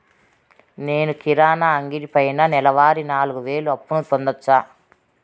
నేను కిరాణా అంగడి పైన నెలవారి నాలుగు వేలు అప్పును పొందొచ్చా?